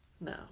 No